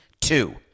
two